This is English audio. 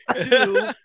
Two